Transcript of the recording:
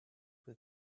with